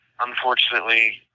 unfortunately